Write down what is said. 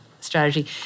strategy